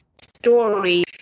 story